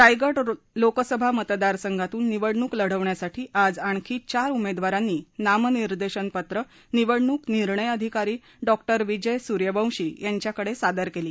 रायगड लोकसभा मतदारसंघातून निवडणूक लढविण्यासाठी आज आणखी चार उमेदवारांनी नामनिर्देशन पत्रे निवडणूक निर्णय अधिकारी डॉ विजय सूर्यवंशी यांच्याकडे सादर केली